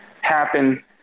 happen